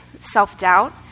self-doubt